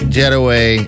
getaway